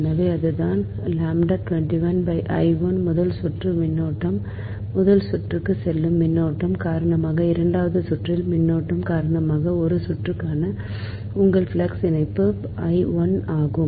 எனவே அதுதான் முதல் சுற்று மின்னோட்டம் முதல் சுற்றுக்கு செல்லும் மின்னோட்டம் காரணமாக இரண்டாவது சுற்றில் மின்னோட்டம் காரணமாக ஒரு சுற்றுக்கான உங்கள் ஃப்ளக்ஸ் இணைப்பு I 1 ஆகும்